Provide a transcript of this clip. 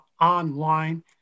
online